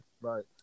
right